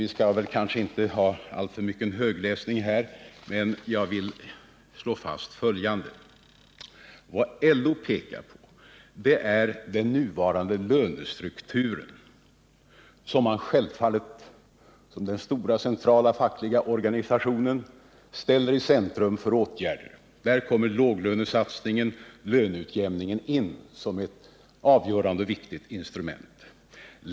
Vi skall väl kanske inte ha alltför mycken högläsning här, men jag vill slå fast att vad LO pekar på är den nuvarande lönestrukturen, vilken LO som den stora centrala fackliga organisationen självfallet ställer i centrum för åtgärderna. Här kommer låglönesatsningen, löneutjämningen, in som ett avgörande instrument.